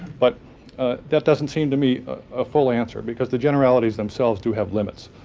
but that doesn't seem to me a full answer because the generalities themselves do have limits.